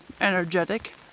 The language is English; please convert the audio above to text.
energetic